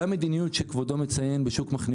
אותה מדיניות שכבודו מציין בשוק מחנה